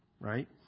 Right